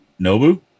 Nobu